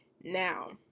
Now